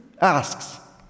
asks